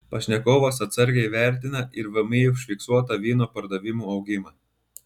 pašnekovas atsargiai vertina ir vmi užfiksuotą vyno pardavimų augimą